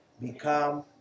become